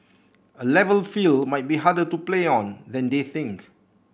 A Level field might be harder to play on than they think